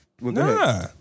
Nah